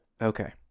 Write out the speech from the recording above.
Okay